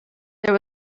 there